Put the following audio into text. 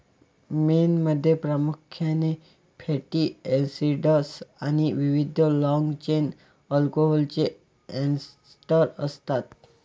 मेणमध्ये प्रामुख्याने fatty acids आणि विविध लाँग चेन अल्कोहोलचे एस्टर असतात